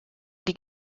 die